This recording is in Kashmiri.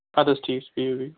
اَدٕ حط ٹھیٖک چھُ بِہِو بِہِو